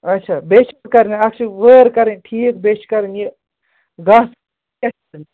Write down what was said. اَچھا بیٚیہِ چھِ کَرنہِ اَکھ چھِ وٲر کَرٕنۍ ٹھیٖک بیٚیہِ چھِ کَرٕنۍ یہِ گاسہٕ